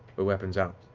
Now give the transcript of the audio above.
we're weapons out.